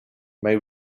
may